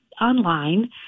online